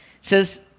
says